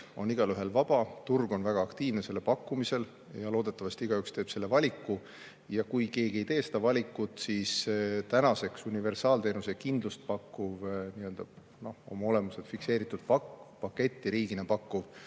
on igaühel vaba, turg on väga aktiivne selle pakkumisel ja loodetavasti igaüks teeb selle valiku. Kui keegi ka ei tee seda valikut, siis tänaseks on universaalteenuse, kindlust pakkuva, riigi pakutava ja oma olemuselt fikseeritud paketi mõte